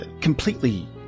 Completely